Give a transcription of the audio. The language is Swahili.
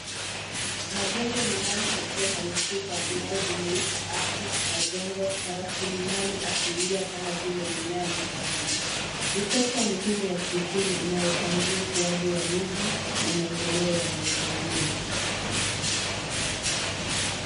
Majengo ni mali isiyohamishika inayojumuisha ardhi, majengo na rasilimali asilia kama vile mimea na madini. Ni sekta muhimu ya kiuchumi inayochangia ukuaji wa miji na maendeleo ya miundombinu.